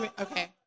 okay